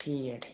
ठीक ऐ ठीक ऐ